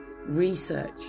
research